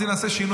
נעשה קצת שינוי,